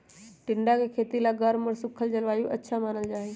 टिंडा के खेती ला गर्म और सूखल जलवायु अच्छा मानल जाहई